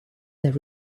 there